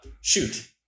shoot